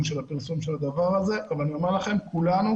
של הפרסום של הדבר הזה אבל אני אומר לכם שכולנו,